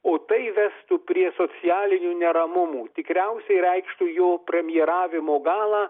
o tai vestų prie socialinių neramumų tikriausiai reikštų jo premjeravimo galą